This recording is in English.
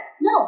no